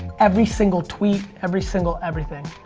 every single tweet, every single everything.